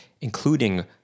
including